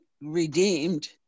redeemed